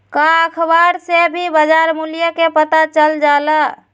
का अखबार से भी बजार मूल्य के पता चल जाला?